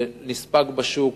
זה נספג בשוק,